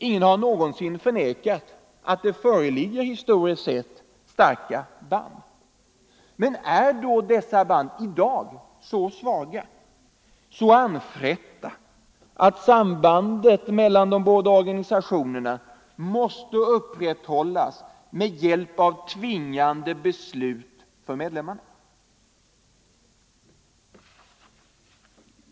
Ingen har någonsin förnekat att det föreligger historiskt sett starka band. Men är då dessa band i dag så svaga, så anfrätta, att sambandet mellan de båda organisationerna måste upprätthållas med hjälp av tvingande beslut för medlemmarna?